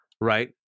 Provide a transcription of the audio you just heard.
right